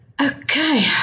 Okay